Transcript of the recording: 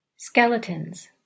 Skeletons